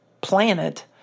planet